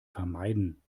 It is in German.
vermeiden